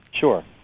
Sure